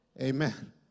Amen